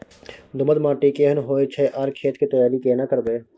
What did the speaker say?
दोमट माटी केहन होय छै आर खेत के तैयारी केना करबै?